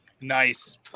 Nice